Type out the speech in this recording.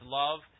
love